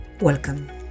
Welcome